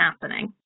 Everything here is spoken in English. happening